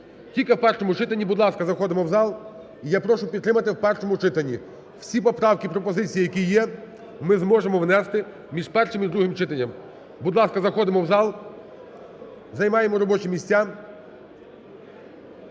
тільки в першому читанні, будь ласка, заходимо в зал. І я прошу підтримати в першому читанні. Всі поправки і пропозиції, які є, ми зможемо внести між першим і другим читанням. Будь ласка, заходимо в зал, займаємо робочі місця.